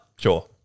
Sure